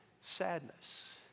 sadness